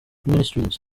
ministries